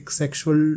sexual